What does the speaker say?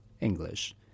English